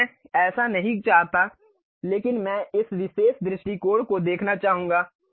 अब मैं ऐसा नहीं चाहता लेकिन मैं इस विशेष दृष्टिकोण को देखना चाहूंगा